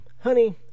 Honey